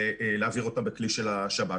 להעביר אותן בכלי של השב"כ.